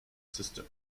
system